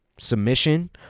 submission